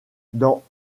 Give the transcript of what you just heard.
dans